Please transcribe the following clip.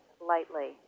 lightly